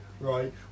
Right